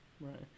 right